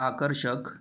आकर्षक